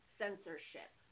censorship